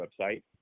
website